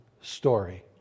story